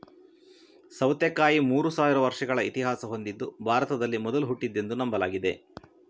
ಸೌತೆಕಾಯಿ ಮೂರು ಸಾವಿರ ವರ್ಷಗಳ ಇತಿಹಾಸ ಹೊಂದಿದ್ದು ಭಾರತದಲ್ಲಿ ಮೊದಲು ಹುಟ್ಟಿದ್ದೆಂದು ನಂಬಲಾಗಿದೆ